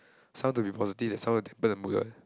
someone to be positive that someone will dampen the mood what